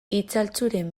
itzaltzuren